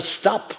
stop